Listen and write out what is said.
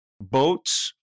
boats